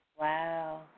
Wow